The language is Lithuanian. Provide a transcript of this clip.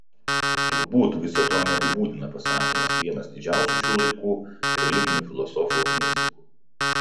ir turbūt viso to neapibūdina pasakymas vienas didžiausių šių laikų religinių filosofų mistikų